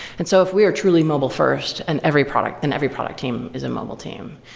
and so if we are truly mobile first and every product, then every product team is a mobile team.